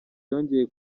yongeye